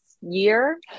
year